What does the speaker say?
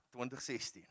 2016